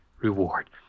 reward